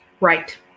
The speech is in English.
Right